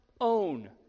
own